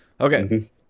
Okay